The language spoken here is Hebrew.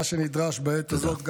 מה שנדרש בעת הזאת,